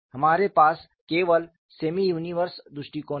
हमारे पास केवल सेमि यूनिवर्स दृष्टिकोण है